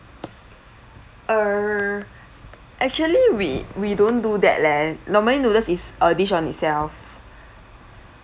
err actually we we don't do that leh normally noodles is a dish on itself